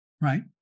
Right